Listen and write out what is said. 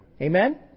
Amen